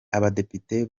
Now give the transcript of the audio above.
abadepite